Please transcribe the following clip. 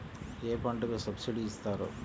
ఏ పంటకు సబ్సిడీ ఇస్తారు?